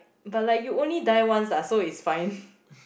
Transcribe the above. but like you only die once so it is fine